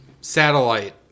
satellite